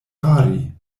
fari